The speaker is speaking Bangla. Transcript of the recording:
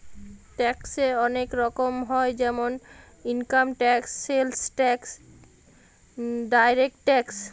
ট্যাক্সে অনেক রকম হয় যেমন income tax, sales tax, direct tax